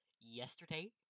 yesterday